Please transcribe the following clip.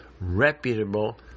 reputable